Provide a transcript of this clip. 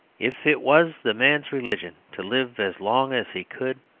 if it was the man's religion to live as long as he could,